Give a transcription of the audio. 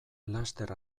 laster